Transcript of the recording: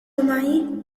معي